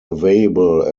available